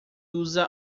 usa